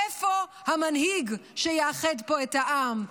איפה המנהיג שיאחד פה את העם?